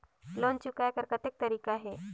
Loan चुकाय कर कतेक तरीका है?